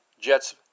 jets